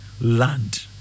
land